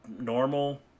normal